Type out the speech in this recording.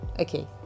Okay